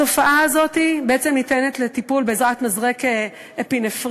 התופעה הזאת בעצם ניתנת לטיפול בעזרת מזרק אפינפרין,